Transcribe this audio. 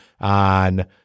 on –